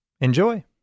Enjoy